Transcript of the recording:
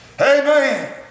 Amen